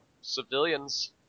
civilians